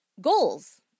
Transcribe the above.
goals